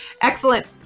Excellent